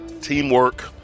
teamwork